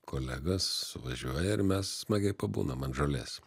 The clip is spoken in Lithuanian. kolegos važiuoja ir mes smagiai pabūnam ant žolės